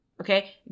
okay